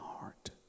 heart